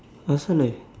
asal ni